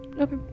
Okay